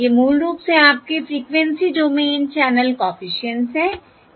ये मूल रूप से आपके फ़्रीक्वेंसी डोमेन चैनल कॉफिशिएंट्स हैं